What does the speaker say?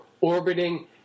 orbiting